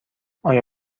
آیا